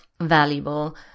valuable